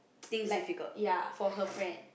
like ya for her friend